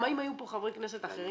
אם היו פה חברי כנסת אחרים,